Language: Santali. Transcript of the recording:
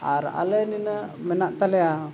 ᱟᱨ ᱟᱞᱮ ᱱᱤᱱᱟᱹᱜ ᱢᱮᱱᱟᱜ ᱛᱟᱞᱮᱭᱟ